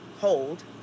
hold